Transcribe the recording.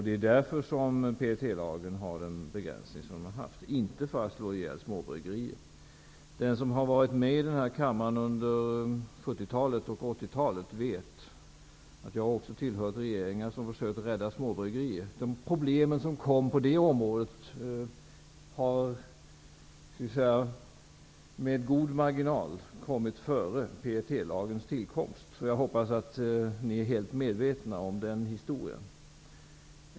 Det är därför som PET-lagen har den begränsning som den har, inte för att slå ihjäl småbryggerier. 80-talet vet att jag också har tillhört regeringar som har försökt rädda småbryggerier. De problem som uppstod på det området kom med god marginal före PET-lagens tillkomst. Jag hoppas att ni är helt medvetna om den historien.